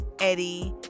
Eddie